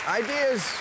ideas